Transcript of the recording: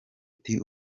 ati